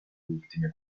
ultime